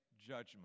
judgment